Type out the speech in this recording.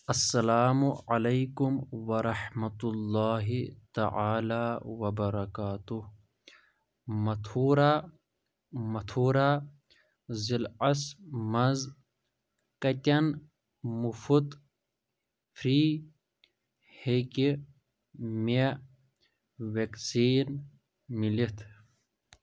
اَسلام علیکم ورحمتہ اللہ تعالیٰ وبرکاتہ مَتھوٗرا مَتھوٗرا ضِلعس مَنٛز کَتٮ۪ن مُفٕط فِرٛی ہیٚکہِ مےٚ وٮ۪کسیٖن مِلِتھ